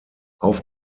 auf